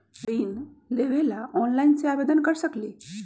ऋण लेवे ला ऑनलाइन से आवेदन कर सकली?